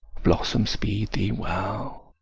blossom, speed thee well!